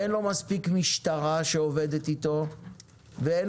אין לו מספיק משטרה שעובדת איתו ואין